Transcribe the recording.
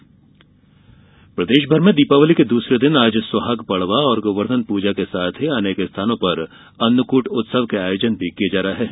दीपावली द्वितीय दिवस प्रदेश भर में दीपावली के दूसरे दिन आज सुहाग पड़वा और गोवर्धन पूजा के साथ ही अनेक स्थानों पर अन्नकूट उत्सव के आयोजन किये जा रहे है